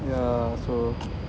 yeah so